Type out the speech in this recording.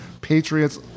Patriots